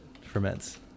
ferments